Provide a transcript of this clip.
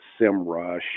Simrush